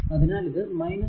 അതിനാൽ ഇത് v0 0